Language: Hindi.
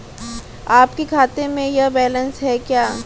आपके खाते में यह बैलेंस है क्या?